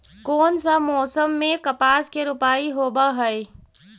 कोन सा मोसम मे कपास के रोपाई होबहय?